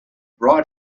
brought